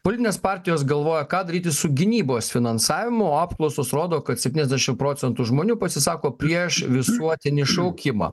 politinės partijos galvoja ką daryti su gynybos finansavimu o apklausos rodo kad septyniasdešim procentų žmonių pasisako prieš visuotinį šaukimą